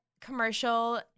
commercial